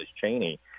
Cheney